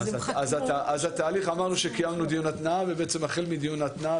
אמרנו שקיימנו דיון התנעה ובעצם החל מדיון ההתנעה